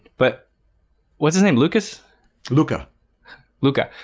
but what's the name lucas luca luca?